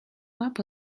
lab